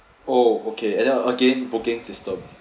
oh okay and then again booking system